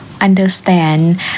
understand